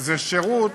הן שירות